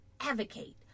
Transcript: advocate